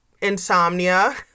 insomnia